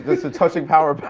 it's a touching power